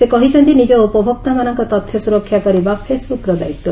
ସେ କହିଛନ୍ତି ନିଜ ଉପଭୋକ୍ତାମାନଙ୍କ ତଥ୍ୟ ସୁରକ୍ଷା କରିବା ଫେସ୍ବୁକ୍ର ଦାୟିତ୍ୱ